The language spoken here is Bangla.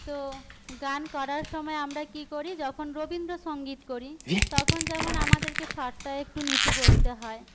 তো গান করার সময় আমরা কি করি যখন রবীন্দ্রসঙ্গীত করি তখন যেমন আমাদেরকে স্বরটা একটু নীচু করতে হয়